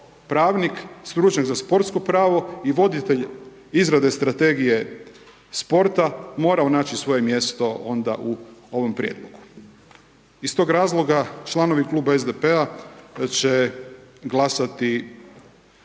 pravnik, stručnjak za sportsko pravo i voditelj izrade strategije sporta morao naći svoje mjesto onda u ovom prijedlogu. Iz tog razloga, članovi Kluba SDP-a će glasati